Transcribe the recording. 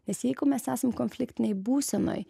nes jeigu mes esam konfliktinėj būsenoj